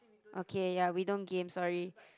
okay ya we don't game sorry